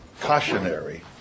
cautionary